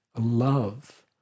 love